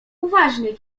uważnie